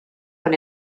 con